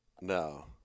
No